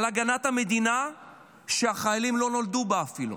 על הגנת המדינה שהחיילים לא נולדו בה אפילו.